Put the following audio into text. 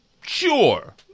Sure